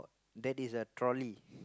that is a trolley